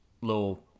little